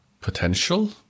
potential